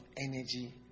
energy